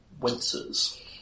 winces